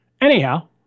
Anyhow